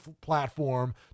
platform